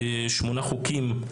שמונה חוקים.